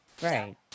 right